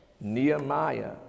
Nehemiah